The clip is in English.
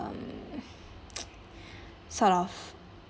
um sort of